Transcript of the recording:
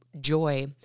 joy